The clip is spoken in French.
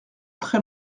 très